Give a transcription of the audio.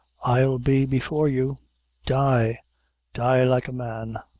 i'll be before you die die like a man.